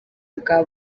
bwa